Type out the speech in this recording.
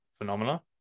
Phenomena